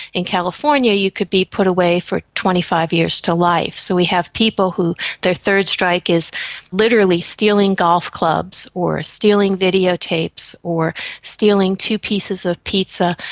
in california you could be put away for twenty five years to life. so we have people who their third strike is literally stealing golf clubs or stealing video tapes or stealing two pieces of pizza.